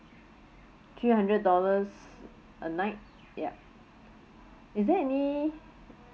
three hundred dollars a night ya is there any